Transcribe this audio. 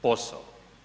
Posao.